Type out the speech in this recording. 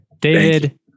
David